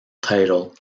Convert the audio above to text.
title